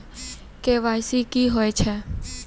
KYC की होय छै?